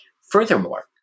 Furthermore